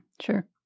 Sure